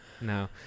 No